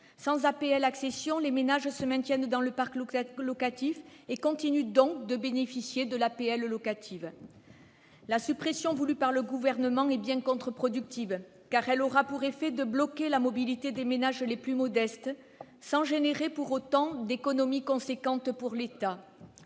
sans APL-accession, les ménages se maintiennent dans le parc locatif et continuent donc de bénéficier de l'APL locative. La suppression voulue par le Gouvernement est bien contre-productive, car elle aura pour effet de bloquer la mobilité des ménages les plus modestes, sans créer, pour autant, d'économies importantes pour l'État.